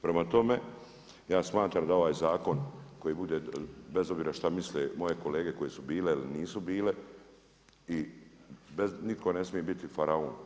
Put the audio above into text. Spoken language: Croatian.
Prema tome, ja smatram da ovaj zakon koji bude bez obzira šta misle moje kolege koji su bile ili nisu bile i nitko ne smije biti faraon.